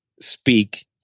speak